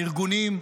הארגוניים,